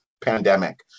pandemic